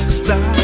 stop